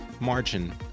margin